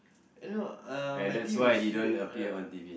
eh no uh my teeth is straight